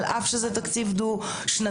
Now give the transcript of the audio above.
על אף שזה תקציב דו שנתי,